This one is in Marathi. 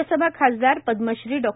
राज्यसभा खासदार पद्मश्री डॉ